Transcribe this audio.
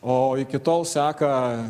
o iki tol seka